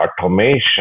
automation